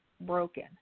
broken